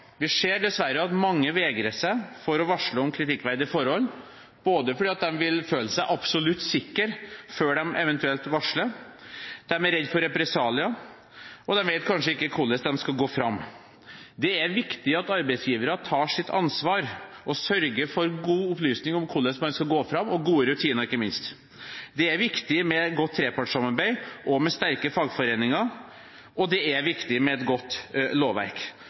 Vi ser dessverre at mange vegrer seg for å varsle om kritikkverdige forhold, fordi de vil føle seg absolutt sikre før de eventuelt varsler, de er redde for represalier, og de vet kanskje ikke hvordan de skal gå fram. Det er viktig at arbeidsgivere tar sitt ansvar og sørger for god opplysning om hvordan man skal gå fram – og ikke minst for gode rutiner. Det er viktig med et godt trepartssamarbeid og sterke fagforeninger, og det er viktig med et godt lovverk.